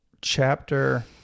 chapter